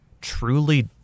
truly